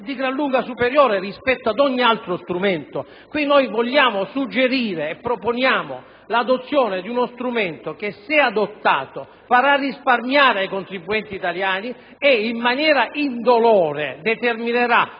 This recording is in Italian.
di gran lunga superiore rispetto ad ogni altro strumento? Con l'emendamento in esame vogliamo suggerire e proponiamo l'adozione di uno strumento che, se adottato, farà risparmiare ai contribuenti italiani e in maniera indolore determinerà